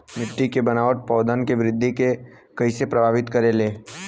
मिट्टी के बनावट पौधन के वृद्धि के कइसे प्रभावित करे ले?